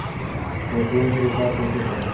Paytm से recharge कईसे करम?